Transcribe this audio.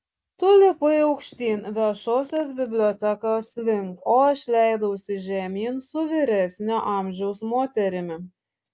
tu lipai aukštyn viešosios bibliotekos link o aš leidausi žemyn su vyresnio amžiaus moterimi